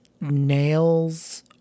nails